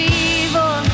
evil